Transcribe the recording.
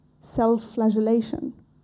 self-flagellation